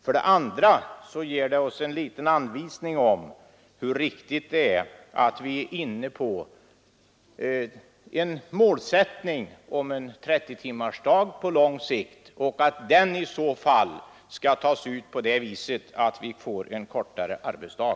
För det andra ger det oss en liten anvisning om hur riktigt det är att vi på lång sikt går in för en målsättning om 30 timmars arbetsvecka samt att den arbetstiden i så fall tas ut så att vi får kortare arbetsdag.